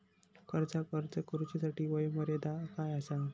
कर्जाक अर्ज करुच्यासाठी वयोमर्यादा काय आसा?